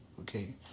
Okay